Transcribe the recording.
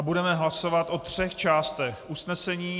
Budeme hlasovat o třech částech usnesení.